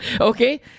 okay